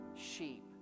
sheep